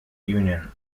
union